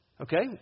Okay